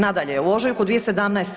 Nadalje, u ožujku 2017.